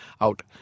out